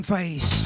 Face